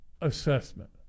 Assessment